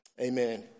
Amen